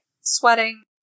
Sweating